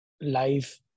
life